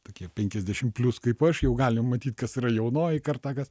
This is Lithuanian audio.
tokie penkiasdešim plius kaip aš jau galim matyt kas yra jaunoji karta kas